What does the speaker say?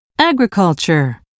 agriculture